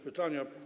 pytania.